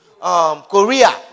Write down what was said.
Korea